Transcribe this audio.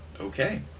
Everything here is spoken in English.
Okay